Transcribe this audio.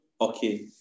okay